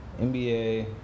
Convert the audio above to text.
NBA